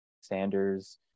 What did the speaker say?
Sanders